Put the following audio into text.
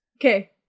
Okay